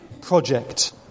project